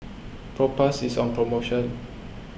Propass is on promotion